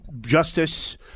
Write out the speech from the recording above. justice